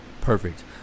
perfect